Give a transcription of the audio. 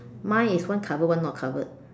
mine is one covered one not covered